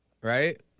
right